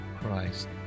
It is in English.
Christ